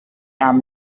and